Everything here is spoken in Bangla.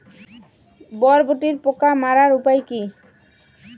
বরবটির পোকা মারার উপায় কি?